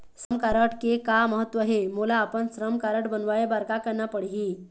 श्रम कारड के का महत्व हे, मोला अपन श्रम कारड बनवाए बार का करना पढ़ही?